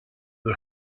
the